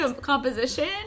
composition